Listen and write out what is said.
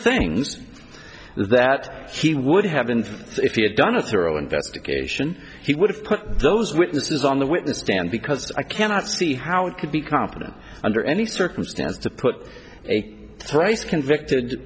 things that he would have and if he had done a thorough investigation he would have put those witnesses on the witness stand because i cannot see how it could be competent under any circumstance to put a price convicted